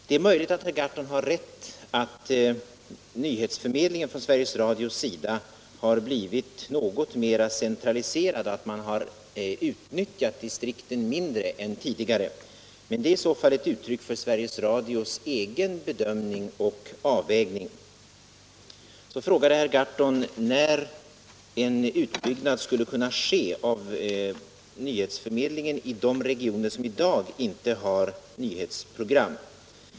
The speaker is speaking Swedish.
Det är möjligt att herr Gahrton har rätt i att nyhetsförmedlingen från Sveriges Radio har blivit något mera centraliserad och att man har utnyttjat distrikten mindre än tidigare, men det är i så fall ett uttryck för Sveriges Radios egen bedömning och avvägning. Vidare frågade herr Gahrton när en utbyggnad skulle kunna ske av nyhetsförmedlingen i de regioner som i dag inte har nyhetsprogram.